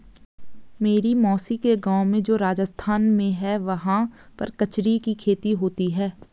मेरी मौसी के गाँव में जो राजस्थान में है वहाँ पर कचरी की खेती होती है